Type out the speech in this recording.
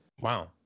Wow